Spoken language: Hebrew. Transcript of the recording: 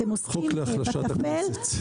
חוק להחלשת הכנסת.